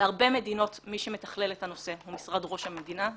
בהרבה מדינות מי שמתכלל את הנושא הוא משרד ראש המדינה,